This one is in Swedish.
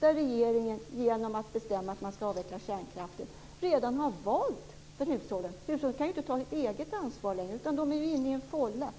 Men regeringen har redan, genom att bestämma att kärnkraften skall avvecklas, valt för hushållen. De kan inte längre ta ett eget ansvar utan befinner sig i en fålla